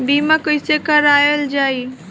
बीमा कैसे कराएल जाइ?